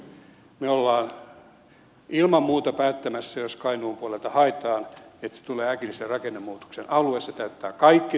me olemme ilman muuta päättämässä jos kainuun puolelta haetaan että tulee äkillisen rakennemuutoksen alue se täyttää kaikki ne kriteerit